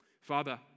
father